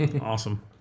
Awesome